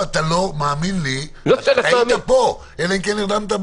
אם אתה לא מאמין לי היית פה, אלא אם כן נרדמת.